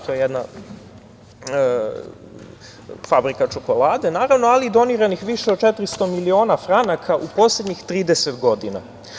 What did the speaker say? To je jedna fabrika čokolade, naravno, ali i doniranih više od 400 miliona franaka u poslednjih 30 godina.